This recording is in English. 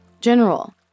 General